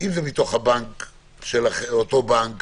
באותו בנק